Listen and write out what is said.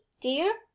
dear